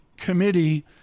committee